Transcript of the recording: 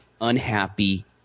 unhappy